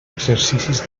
exercicis